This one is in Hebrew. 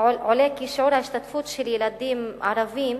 עולה כי שיעור ההשתתפות של ילדים ערבים